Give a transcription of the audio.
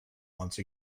once